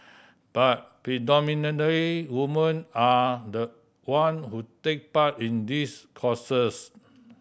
but predominantly women are the one who take part in these courses